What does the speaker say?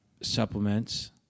supplements